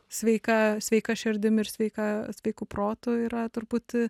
sveika sveika širdim ir sveika sveiku protu yra turbūt